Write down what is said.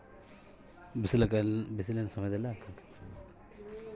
Solar light ಟ್ರಾಪನ್ನು ಯಾವ ಸಮಯದಲ್ಲಿ ಹಾಕಬೇಕು?